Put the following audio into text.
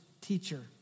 teacher